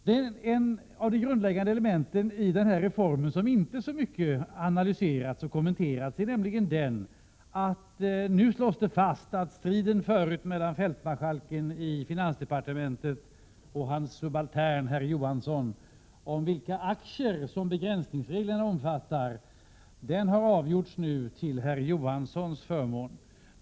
Ett av de grundläggande elementen i den här reformen har inte så mycket analyserats och kommenterats. Det är att det nu slås fast att striden förut mellan fältmarskalken i finansdepartementet och hans subaltern herr Johansson om vilka aktier som begränsningsregeln omfattar nu har avgjorts till herr Johanssons förmån.